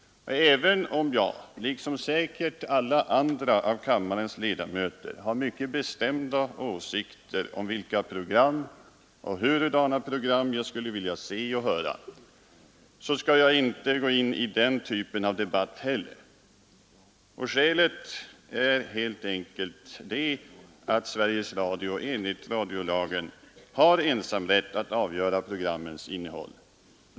Även om jag liksom säkert alla andra av kammarens ledamöter har mycket bestämda åsikter om vilka program och hurudana program jag skulle vilja se och höra, så skall jag inte gå in i den typen av debatt heller. Skälet är helt enkelt att Sveriges Radio enligt radiolagen har ensamrätt att avgöra programmens innehåll.